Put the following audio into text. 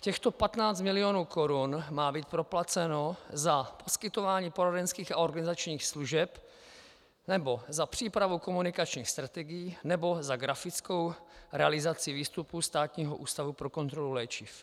Těchto 15 mil. korun má být proplaceno za poskytování poradenských a organizačních služeb nebo za přípravu komunikačních strategií nebo za grafickou realizaci výstupů Státního ústavu pro kontrolu léčiv.